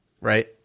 Right